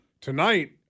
Tonight